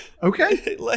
Okay